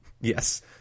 Yes